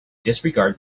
disregard